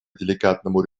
деликатному